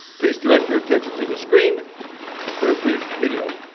please direct your attention to the screen for a brief video.